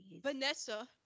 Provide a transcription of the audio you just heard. Vanessa